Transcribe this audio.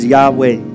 Yahweh